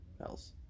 else